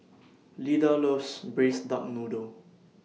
Lyda loves Braised Duck Noodle